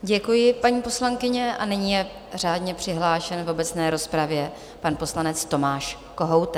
Děkuji, paní poslankyně, a nyní je řádně přihlášen v obecné rozpravě pan poslanec Tomáš Kohoutek.